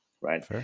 right